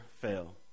fail